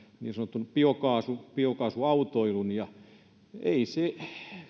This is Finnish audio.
niin sanotun biokaasuautoilun se